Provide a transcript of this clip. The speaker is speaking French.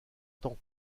temps